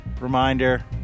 reminder